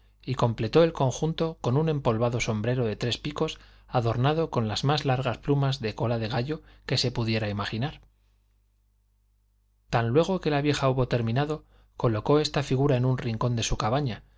y completó el conjunto con un empolvado sombrero de tres picos adornado con las más largas plumas de cola de gallo que se pudiera imaginar tan luego que la vieja hubo terminado colocó esta figura en un rincón de su cabaña